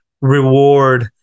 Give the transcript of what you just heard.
reward